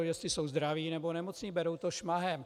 Jestli jsou zdraví, nebo nemocní, berou to šmahem.